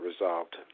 resolved